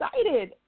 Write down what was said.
excited